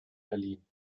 berlin